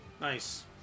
Nice